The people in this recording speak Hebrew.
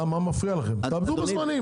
תעמדו בזמנים.